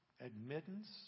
Admittance